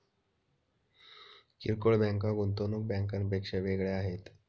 किरकोळ बँका गुंतवणूक बँकांपेक्षा वेगळ्या आहेत